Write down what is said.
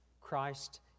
Christ